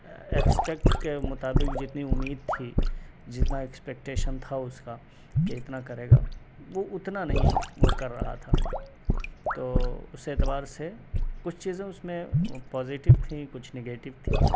expect کے مطابق جتنی امید تھی جتنا ایکسپیکٹیشن تھا اس کا کہ اتنا کرے گا وہ اتنا نہیں وہ کر رہا تھا تو اس اعتبار سے کچھ چیزیں اس میں پازیٹو تھیں کچھ نگیٹو تھیں